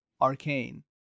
arcane